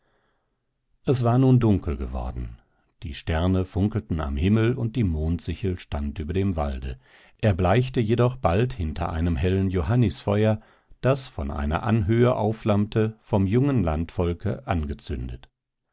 es war nun dunkel geworden die sterne funkelten am himmel und die mondsichel stand über dem walde erbleichte jedoch bald hinter einem hellen johannisfeuer das von einer anhöhe aufflammte vom jungen landvolke angezündet